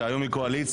שהיום היא קואליציה,